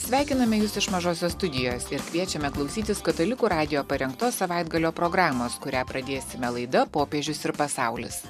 sveikiname jus iš mažosios studijos ir kviečiame klausytis katalikų radijo parengtos savaitgalio programos kurią pradėsime laida popiežius ir pasaulis